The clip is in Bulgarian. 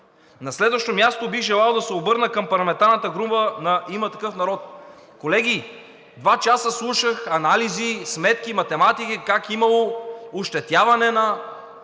На следващо място, бих желал да се обърна към парламентарната група на „Има такъв народ“. Колеги, два часа слушах анализи и сметки, математики, как имало ощетяване на